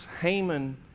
Haman